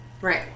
Right